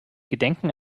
gedenken